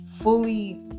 fully